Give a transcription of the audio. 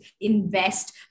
invest